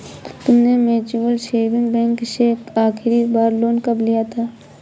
तुमने mutual saving bank से आखरी बार लोन कब लिया था?